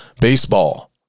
baseball